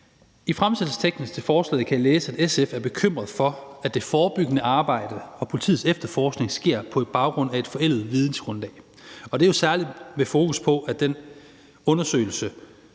I fremsættelsesteksten til forslaget kan jeg læse, at SF er bekymret for, at det forebyggende arbejde og politiets efterforskning sker på baggrund af et forældet vidensgrundlag, og det er jo særlig med fokus på, at den undersøgelse